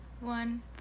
one